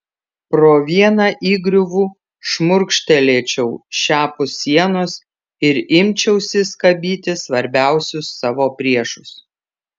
pro vieną įgriuvų šmurkštelėčiau šiapus sienos ir imčiausi skabyti svarbiausius savo priešus